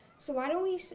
so why don't we,